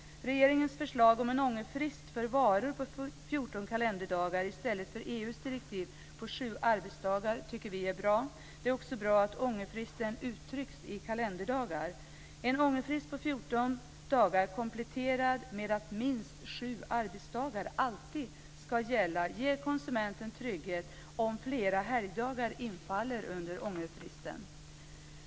14 kalenderdagar i stället för EU:s direktiv på 7 arbetsdagar tycker vi är bra. Det är också bra att ångerfristen uttrycks i kalenderdagar. En ångerfrist på 14 dagar kompletterad med att minst 7 arbetsdagar alltid ska gälla ger konsumenten trygghet om flera helgdagar infaller under ångerfristen.